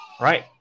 Right